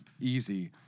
easy